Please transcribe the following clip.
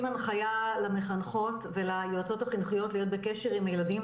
אנחנו נותנים הנחיה למחנכות וליועצות החינוכיות להיות בקשר עם הילדים,